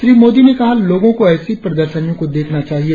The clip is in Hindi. श्री मोदी ने कहा लोगों को ऐसी प्रदर्शनियों को देखना चाहिए